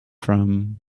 from